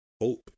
hope